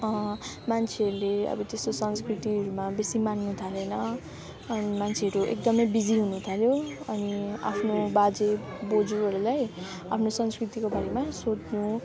मान्छेहरूले अब त्यस्तो संस्कृतिहरूमा बेसी मान्न थालेन अनि मान्छेहरू एकदमै बिजी हुनुथाल्यो अनि आफ्नो बाजे बोजूहरूलाई आफ्नो संस्कृतिको बारेमा सोध्नु